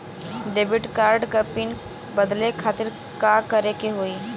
Debit card क PIN बदले खातिर का करेके होई?